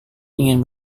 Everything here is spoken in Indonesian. ingin